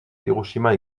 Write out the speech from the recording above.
hiroshima